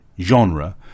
genre